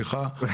שש,